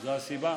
זו הסיבה?